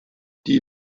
die